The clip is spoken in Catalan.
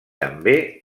també